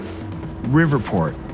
Riverport